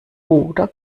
oder